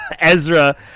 Ezra